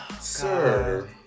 sir